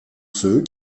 ceux